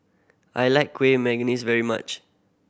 I like Kueh Manggis very much